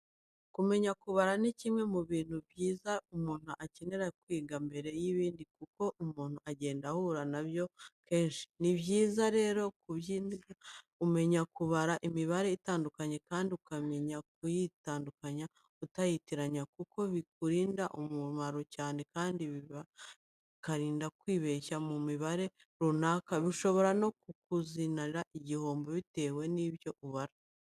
Kumenya kubara ni kimwe mu bintu by'ibanze umuntu akenera kwiga mbere y'ibindi kuko umuntu agenda ahura na byo kenshi cyane. Ni byiza rero kubyiga ukamenya kubara imibare itandukanye kandi ukamenya kuyitandukanya utayitiranya kuko bikugirira umumaro cyane kandi bikaba byakurinda kwibeshya mu mibare runaka bishobora no kukuzanira igihombo bitewe n'ibyo ubara.